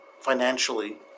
financially